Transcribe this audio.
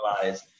realize